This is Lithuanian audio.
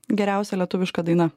geriausia lietuviška daina